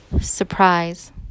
Surprise